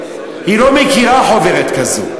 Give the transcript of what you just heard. היא לא מכירה חוברת כזו,